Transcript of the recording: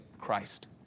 Christ